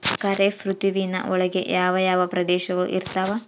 ಖಾರೇಫ್ ಋತುವಿನ ಒಳಗೆ ಯಾವ ಯಾವ ಪ್ರದೇಶಗಳು ಬರ್ತಾವ?